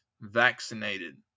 vaccinated